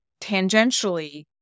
tangentially